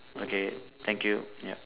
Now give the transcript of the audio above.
okay thank you yup